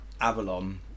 Avalon